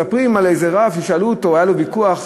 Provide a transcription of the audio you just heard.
מספרים על איזה רב ששאלו אותו, היה לו ויכוח